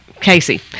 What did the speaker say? Casey